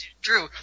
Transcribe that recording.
Drew